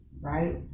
right